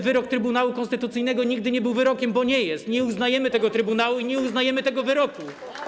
wyrok Trybunału Konstytucyjnego nigdy nie był wyrokiem, bo nie jest, nie uznajemy tego trybunału i nie uznajemy tego wyroku.